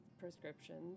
Prescriptions